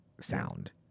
sound